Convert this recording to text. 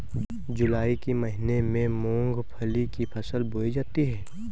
जूलाई के महीने में मूंगफली की फसल बोई जाती है